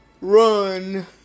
run